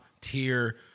tier